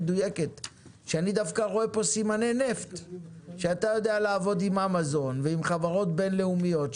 כשאני רואה פה שאתה יודע לעבוד עם אמזון ועם חברות בינלאומיות,